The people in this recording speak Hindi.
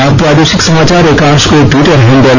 आप प्रादेशिक समाचार एकांश के टिवटर हैंडल